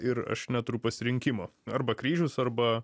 ir aš neturiu pasirinkimo arba kryžius arba